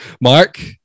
Mark